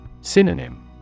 Synonym